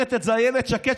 אומרת את זה אילת שקד,